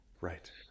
Right